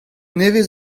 nevez